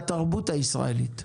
התאחדות יועצי המשכנתאות.